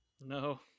No